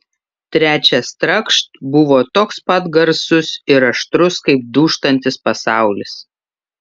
trečias trakšt buvo toks pat garsus ir aštrus kaip dūžtantis pasaulis